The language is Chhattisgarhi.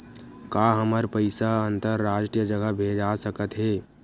का हमर पईसा अंतरराष्ट्रीय जगह भेजा सकत हे?